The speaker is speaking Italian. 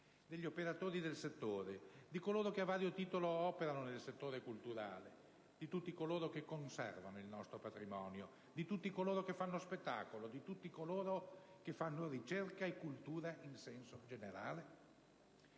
degli operatori del settore, di coloro che a vario titolo operano nel settore culturale, di tutti coloro che conservano il nostro patrimonio, di tutti coloro che fanno spettacolo, ricerca e cultura in senso generale?